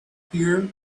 here